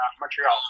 Montreal